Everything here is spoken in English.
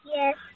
Yes